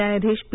न्यायाधीश पी